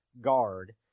guard